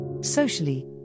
Socially